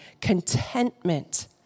contentment